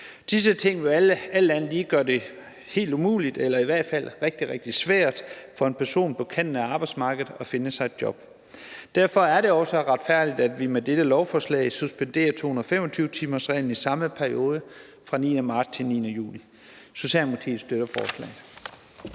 Disse ting gør det jo alt andet lige helt umuligt eller i hvert fald rigtig, rigtig svært for en person på kanten af arbejdsmarkedet at finde sig et job. Derfor er det også retfærdigt, at vi med dette lovforslag suspenderer 225-timersreglen i samme periode fra den 9. marts til den 9. juni. Socialdemokratiet støtter forslaget.